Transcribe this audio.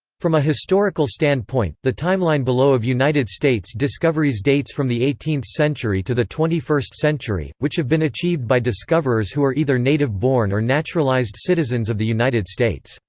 from a historical stand point, the timeline below of united states discoveries dates from the eighteenth century to the twenty first century, which have been achieved by discoverers who are either native-born or naturalized citizens of the united states